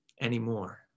anymore